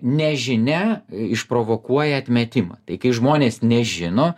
nežinia išprovokuoja atmetimą tai kai žmonės nežino